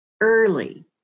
early